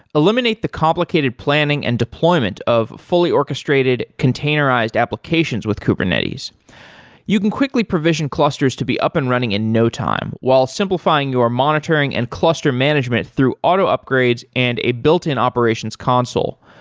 eliminate the complicated planning and deployment of fully orchestrated containerized applications with kubernetes you can quickly provision clusters to be up and running in no time, while simplifying your monitoring and cluster management through auto upgrades and a built-in operations console.